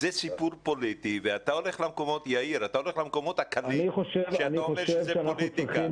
זה סיפור פוליטי ואתה הולך למקומות הקלים כשאתה אומר שזה פוליטיקה.